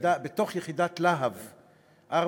יחידה בתוך יחידת "להב 433",